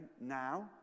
now